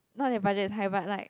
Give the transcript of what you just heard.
not their budget is high but like